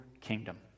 kingdom